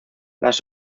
las